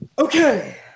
Okay